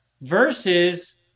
versus